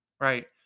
right